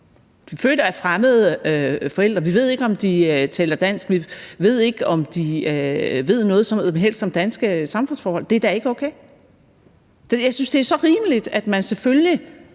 er født af fremmede forældre, vi ved ikke, om de taler dansk, og vi ved ikke, om de ved noget som helst om danske samfundsforhold. Det er da ikke okay. Jeg synes, det er så rimeligt, at man selvfølgelig